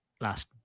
last